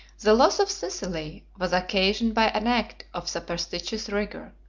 the loss of sicily was occasioned by an act of superstitious rigor.